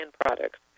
products